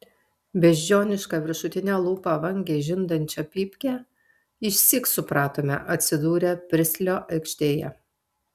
beždžioniška viršutine lūpa vangiai žindančią pypkę išsyk supratome atsidūrę pristlio aikštėje